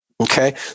Okay